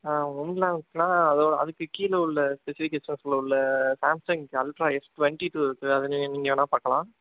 one லேக்னால் அதைவிட அதுக்கு கீழே உள்ள ஸ்பெசிஃபிக்கேஷனில் உள்ள Samsung ultra S twenty two இருக்குது அதை நீங்கள் நீங்கள் வேணால் பார்க்கலாம்